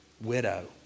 widow